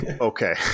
Okay